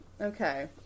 okay